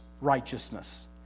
righteousness